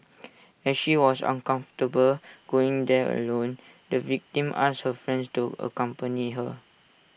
as she was uncomfortable going there alone the victim asked her friends to accompany her